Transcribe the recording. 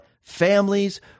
families